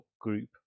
group